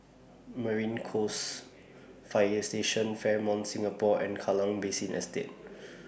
Marine Coast Fire Station Fairmont Singapore and Kallang Basin Estate